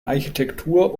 architektur